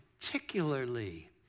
particularly